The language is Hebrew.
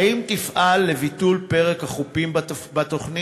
האם תפעל לביטול פרק החופים בתוכנית,